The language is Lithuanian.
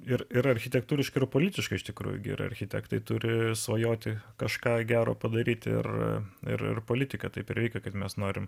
ir ir architektūriškai ir politiškai iš tikrųjų gera architektai turi svajoti kažką gero padaryti ir ir politiką taip reikia kad mes norime